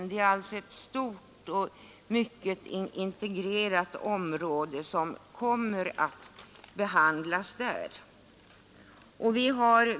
Det är alltså ett stort och mycket integrerat område som kommer att behandlas där.